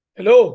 Hello